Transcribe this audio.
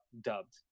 dubbed